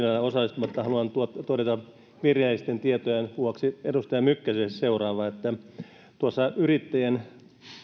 osallistumatta haluan todeta virheellisten tietojen vuoksi edustaja mykkäselle seuraavaa tuossa yrittäjien